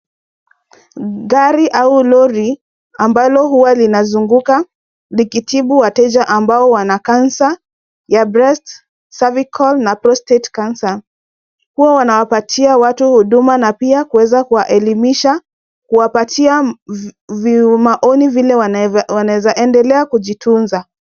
Gari au lori ambalo huwa linazunguka likitibu wateja ambao wana cancer ya breast, cervical na prostrate cancer Huwa wanawapatia watu huduma na pia kuweza kuwaelimisha na kuwapatia maoni vile wanaweza endelea kujitunza.